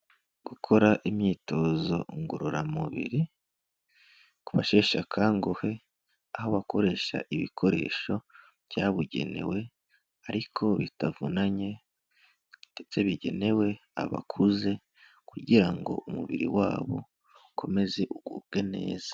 Gukora imyitozo ngororamubiri ku basheshe akanguhe aho bakoresha ibikoresho byabugenewe, ariko bitavunanye ndetse bigenewe abakuze kugira ngo umubiri wabo ukomeze ugubwe neza.